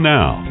Now